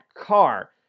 car